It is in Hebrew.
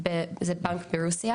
שהוא בנק ברוסיה